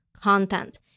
content